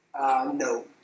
No